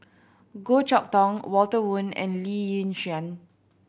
Goh Chok Tong Walter Woon and Lee Yi Shyan